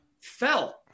Fell